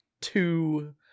two